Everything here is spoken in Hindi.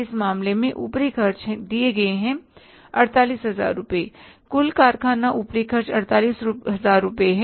इस मामले में ऊपरी खर्च दिए गए हैं 48000 रुपये कुल कारखाना ऊपरी खर्च 48000 रुपये हैं